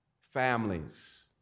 families